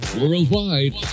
Worldwide